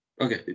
okay